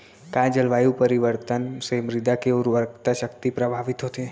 का जलवायु परिवर्तन से मृदा के उर्वरकता शक्ति प्रभावित होथे?